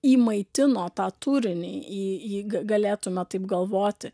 jį maitino tą turinį jį jį galėtume taip galvoti